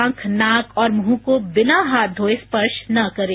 आंख नाक और मुंह को बिना हाथ धोये स्पर्श न करें